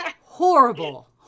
Horrible